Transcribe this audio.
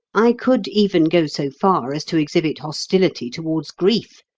i could even go so far as to exhibit hostility towards grief,